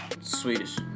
Swedish